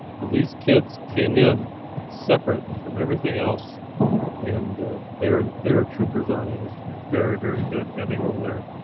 so these kids came in separate from everything else and they were they were troopers on. it was very very good having them there.